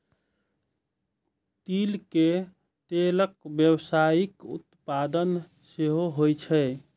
तिल के तेलक व्यावसायिक उत्पादन सेहो होइ छै